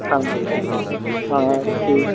हँ हँ ठीक